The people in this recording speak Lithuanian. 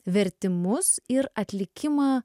vertimus ir atlikimą